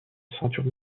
ceinture